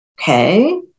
Okay